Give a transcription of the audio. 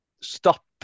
stop